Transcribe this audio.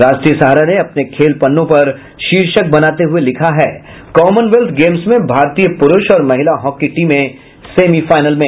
राष्ट्रीय सहारा ने अपने खेल पन्नों पर शीर्षक बनाते हुये लिखा है कॉमनवेल्थ गेम्स में भारतीय पुरूष और महिला हॉकी टीमें सेमीफाइनल में